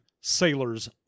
sailors